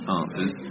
answers